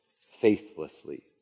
faithlessly